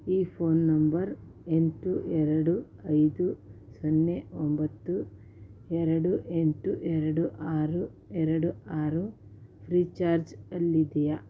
ಈ phone number ಎಂಟು ಎರಡು ಐದು ಸೊನ್ನೆ ಒಂಬತ್ತು ಎರಡು ಎಂಟು ಎರಡು ಆರು ಎರಡು ಆರು ಫ್ರೀ ಚಾರ್ಜ್ ಅಲ್ಲಿದ್ದೀಯ